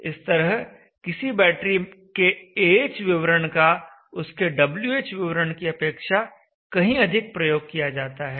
इस तरह किसी बैटरी के Ah विवरण का उसके WH विवरण की अपेक्षा कहीं अधिक प्रयोग किया जाता है